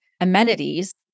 amenities